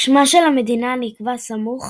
שמה של המדינה נקבע סמוך